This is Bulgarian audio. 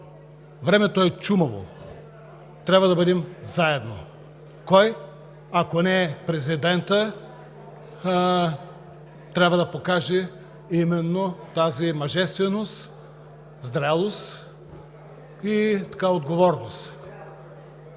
Времето е чумаво. Трябва да бъдем заедно. Кой, ако не президентът, трябва да покаже именно тази мъжественост, зрялост и отговорност?